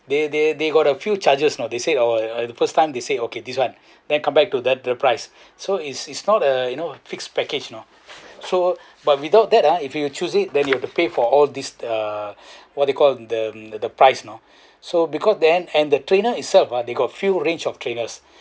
they they they got a few charges you know they said oh uh at the first time they say okay this one then come back to that another price so is is not uh you know fix package you know so but without that ah if you choose it then you have to pay for all these err what you call the the price you know so because then and the trainer itself ah they got few range of trainers